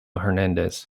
hernandez